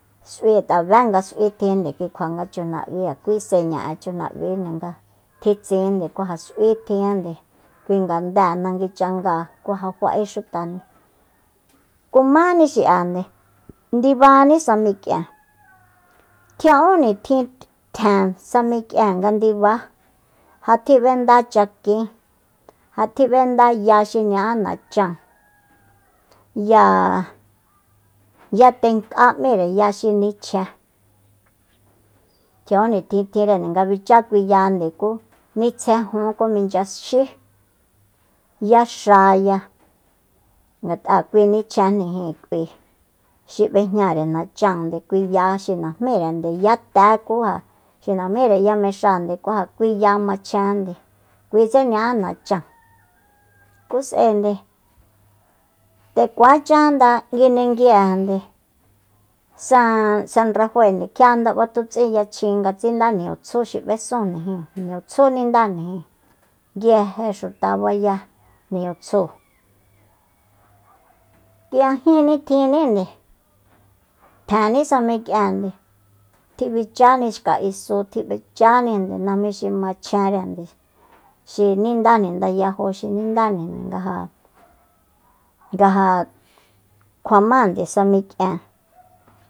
S'ui ngat'a bé nga s'ui tjinde ki kjua nga chunab'í ja kui seña'e chuna'bínde nga tji tsinde ku ja s'ui tjinjande kui ngandée nangui changáa ku ja fa'e xutande kumáni xi'ande ndibaní sa mik'ien tjia'ún nitjin tjen sa mik'ien nga nga ndiba ja tjib'endá chakin ja tjib'endá ya xi ña'a nacháan ya- ya tenk'á m'íre ya xi nichjen tjia'ún nitjin tjinre nga bichá kui ya nitsjejun ku minchya xí yaxaya ngat'a kui nichjenjni jin k'ui xi b'ejñare nacháande kui ya xi najmírende yáté ku ja xi najmíre ya mexáande ku ja kui ya machjenjande kuitse ña'a nachan ku s'aende nde kuacha nda nguindegui'ejande san- san rafaende kjia nda batuts'in yachjin nga tsinda niñutsjú xi b'esunjnijin niñutsjú nindájnijin nguije xuta bayá niñutsju kui nga jin nitjinnínde tjenní sa mikíende tjibicháni xka isu tjibicháninde najmí xi machjenrende xi nindájni ndayajo xi nindájni ngaja- ngaja kjuamáande sa mi'kien